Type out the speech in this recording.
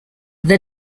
the